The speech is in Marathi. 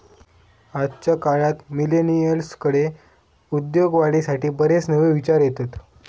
आजच्या काळात मिलेनियल्सकडे उद्योगवाढीसाठी बरेच नवे विचार येतत